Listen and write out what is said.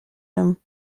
room